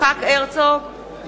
יצחק הרצוג,